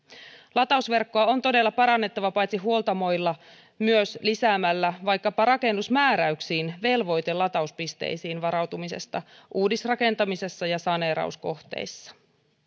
latausverkkoa on todella parannettava paitsi huoltamoilla myös lisäämällä vaikkapa rakennusmääräyksiin velvoite latauspisteisiin varautumisesta uudisrakentamisessa ja saneerauskohteissa